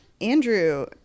Andrew